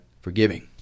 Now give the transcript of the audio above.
forgiving